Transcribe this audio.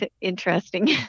interesting